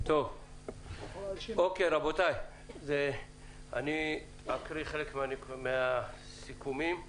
רבותיי, אני אקרא חלק מהסיכומים.